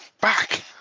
back